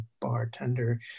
bartender